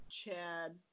Chad